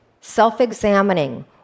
self-examining